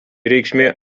reikšmė